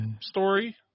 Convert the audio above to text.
story